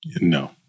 No